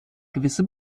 gewisse